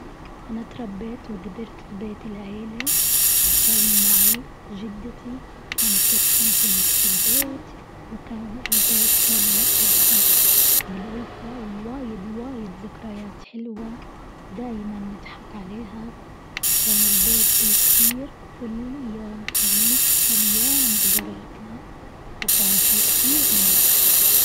أنا اتربيت وكبرت في بيت العيلة، كان معي جدتي كانت تسكن في نفس البيت وكان البيت مليء بالحب وبالألفة وواجد واجد ذكريات حلوة دايما نضحك عليها، كان البيت بيصير كل يوم خميس مليان بقرابينا، وكان في كتير من الضحك.